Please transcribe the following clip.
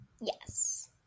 yes